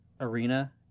Arena